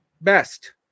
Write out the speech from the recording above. best